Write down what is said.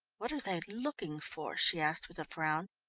what are they looking for? she asked with a frown.